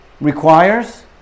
requires